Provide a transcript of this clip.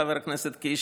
חבר הכנסת קיש,